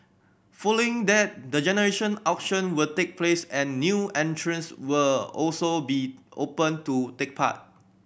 following that the general auction will take place and the new entrants will also be open to take part